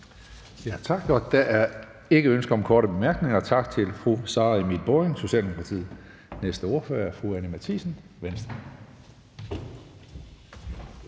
Tak. Så er der ikke flere korte bemærkninger. Tak til fru Sara Emil Baaring, Socialdemokratiet. Næste ordfører er fru Anni Matthiesen, Venstre.